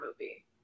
movie